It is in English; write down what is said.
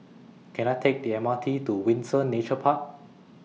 Can I Take The M R T to Windsor Nature Park